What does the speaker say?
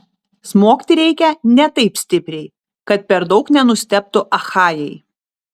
smogti reikia ne taip stipriai kad per daug nenustebtų achajai